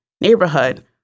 neighborhood